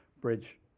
bridge